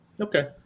Okay